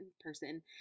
person